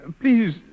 please